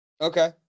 okay